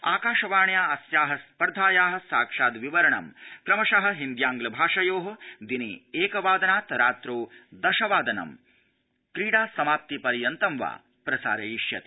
आकाशवाण्या अस्या स्पर्धाया साक्षाद्विवरणं क्रमश हिन्द्यांग्ल भाषयो दिने एकवादनात् रात्रौ दशवादनं क्रीडासमाप्ति पर्यन्तं वा प्रसारयिष्यते